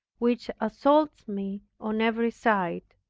which assaults me on every side